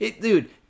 Dude